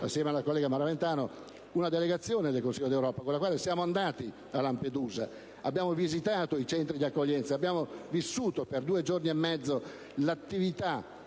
assieme alla collega Maraventano - una delegazione del Consiglio d'Europa, con cui siamo andati a Lampedusa e abbiamo visitato i Centri di accoglienza: abbiamo vissuto per due giorni e mezzo l'attività